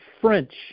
French